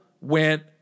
went